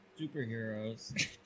superheroes